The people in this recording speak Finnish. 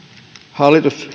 hallitus